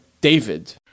David